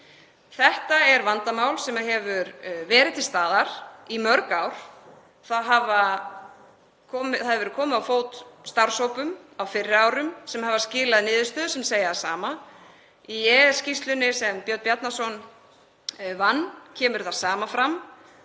Þetta er vandamál sem hefur verið til staðar í mörg ár. Komið hefur verið á fót starfshópum á fyrri árum sem hafa skilað niðurstöðu sem segja það sama. Í EES-skýrslunni sem Björn Bjarnason vann kemur það sama fram